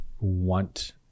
want